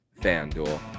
FanDuel